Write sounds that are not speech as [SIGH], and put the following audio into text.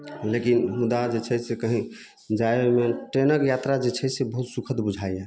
लेकिन [UNINTELLIGIBLE] जे छै से कहीं जायमे ट्रेनक यात्रा जे छै से बहुत सुखद बुझाइ यऽ